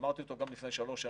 אמרתי אותו גם לפני שלוש שנים,